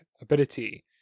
ability